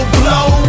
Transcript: blow